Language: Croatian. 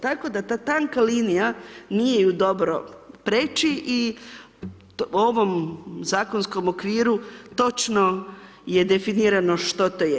Tako da ta tanka linija, nije ju dobro preći i ovom zakonskom okviru točno je definirano što to je.